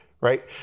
Right